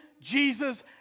Jesus